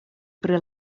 pri